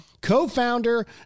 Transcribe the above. co-founder